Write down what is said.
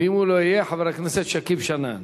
ואם הוא לא יהיה, חבר הכנסת שכיב שנאן,